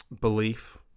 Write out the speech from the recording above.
belief